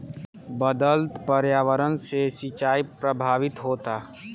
बदलत पर्यावरण से सिंचाई प्रभावित होता